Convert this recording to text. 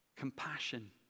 compassion